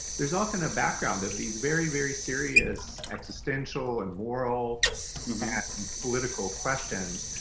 there's often a background of these very very serious existential and moral and political questions.